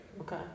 Okay